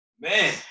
man